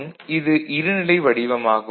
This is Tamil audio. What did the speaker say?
x1 F0 x2 x3 xN மற்றும் இது இருநிலை வடிவம் ஆகும்